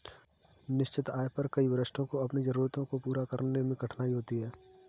निश्चित आय पर कई वरिष्ठों को अपनी जरूरतों को पूरा करने में कठिनाई होती है